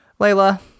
Layla